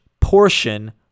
portion